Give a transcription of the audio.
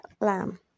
Lamb